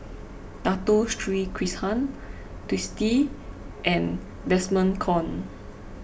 Dato Sri Krishna Twisstii and Desmond Kon